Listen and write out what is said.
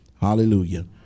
Hallelujah